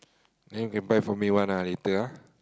then you can buy for me one ah later ah